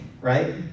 right